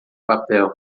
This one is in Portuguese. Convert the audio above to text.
papel